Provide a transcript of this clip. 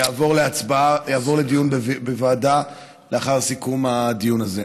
יעבור לדיון בוועדה לאחר סיכום הדיון הזה.